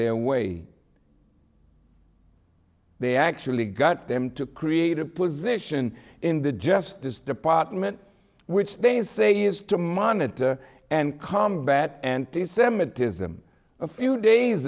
their way they actually got them to create a position in the justice department which they say is to monitor and combat anti semitism a few days